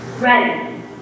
ready